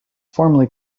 formerly